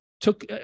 took